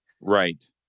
right